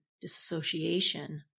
disassociation